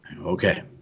Okay